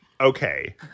Okay